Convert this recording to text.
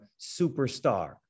superstar